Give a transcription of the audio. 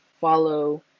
follow